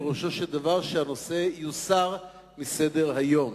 פירושו של דבר שהנושא יוסר מסדר-היום.